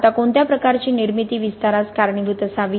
आता कोणत्या प्रकारची निर्मिती विस्तारास कारणीभूत असावी